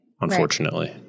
Unfortunately